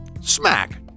smack